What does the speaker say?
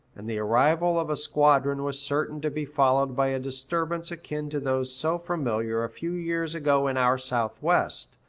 and the arrival of a squadron was certain to be followed by a disturbance akin to those so familiar a few years ago in our southwest,